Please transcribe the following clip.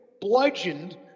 bludgeoned